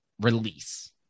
release